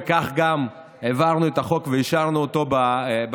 וכך גם העברנו את החוק ואישרנו אותו בוועדה.